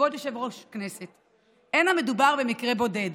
כבוד יושב-ראש הכנסת, לא מדובר במקרה בודד.